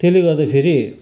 त्यसले गर्दाखेरि